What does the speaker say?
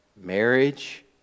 marriage